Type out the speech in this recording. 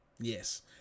Yes